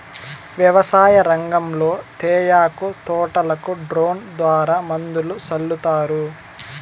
వ్యవసాయ రంగంలో తేయాకు తోటలకు డ్రోన్ ద్వారా మందులు సల్లుతారు